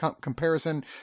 comparison